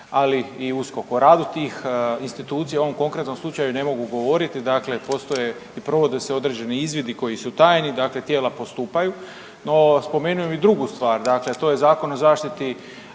ali i USKOK. O radu tih institucija u ovom konkretnom slučaju ne mogu govoriti, dakle postoje i provode se određeni izvidi koji su tajni, dakle tijela postupaju, no spomenuo bi drugu stvar, to je Zakon o zaštiti